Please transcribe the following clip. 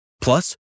Plus